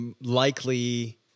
likely